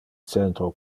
centro